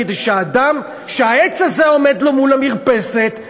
כדי שאדם שהעץ הזה עומד לו מול המרפסת,